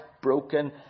broken